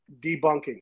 debunking